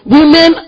Women